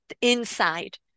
inside